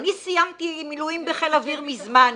אני סיימתי עם מילואים בחיל אוויר מזמן,